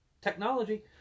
technology